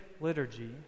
liturgy